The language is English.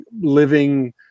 living